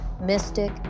mystic